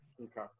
Okay